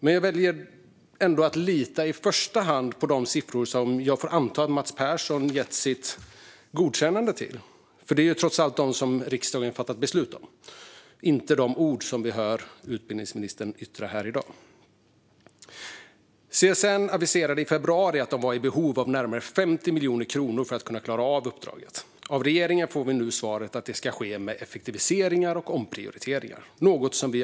Men jag väljer ändå att lita på i första hand de siffror som jag får anta att Mats Persson gett sitt godkännande till - det är trots allt dem riksdagen har fattat beslut om - och inte de ord vi hör utbildningsministern yttra här i dag. CSN aviserade i februari att de var i behov av närmare 50 miljoner kronor för att kunna klara av uppdraget. Av regeringen får vi nu svaret att det ska ske genom effektiviseringar och omprioriteringar.